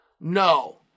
No